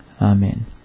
Amen